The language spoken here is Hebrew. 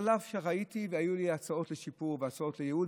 אף שראיתי והיו לי הצעות לשיפור והצעות לייעול.